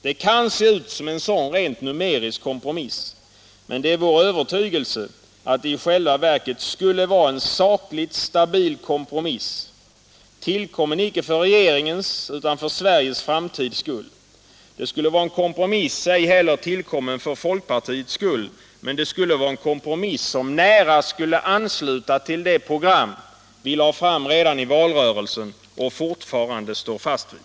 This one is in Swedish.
Det kan se ut som en sådan rent numerisk kompromiss, men det är vår övertygelse att det i själva verket skulle vara en saklig, stabil kompromiss, tillkommen icke för regeringens utan för Sveriges framtids skull. Det skulle vara en kompromiss ej heller tillkommen för folkpartiets skull, utan en kompromiss som skulle nära ansluta till det program vi lade fram redan i valrörelsen och fortfarande står fast vid.